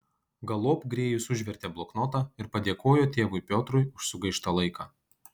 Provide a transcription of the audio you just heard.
galop grėjus užvertė bloknotą ir padėkojo tėvui piotrui už sugaištą laiką